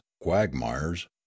quagmires